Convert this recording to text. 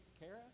Kara